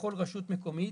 שבכל רשות מקומית